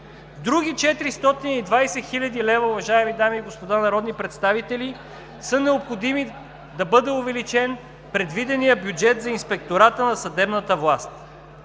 Други 420 хил. лв., уважаеми дами и господа народни представители, са необходими да бъде увеличен предвиденият бюджет за Инспектората на съдебната власт.